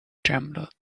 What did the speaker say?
trembled